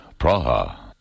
Praha